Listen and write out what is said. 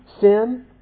sin